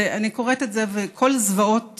אני קוראת את זה וכל הזוועות